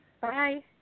Bye